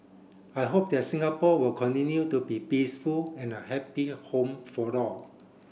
I hope that Singapore will continue to be peaceful and a happy home for all